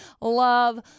love